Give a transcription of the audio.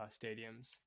stadiums